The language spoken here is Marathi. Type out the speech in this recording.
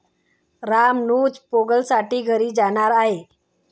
रामानुज पोंगलसाठी घरी जाणार आहे